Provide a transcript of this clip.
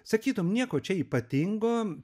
sakytum nieko čia ypatingo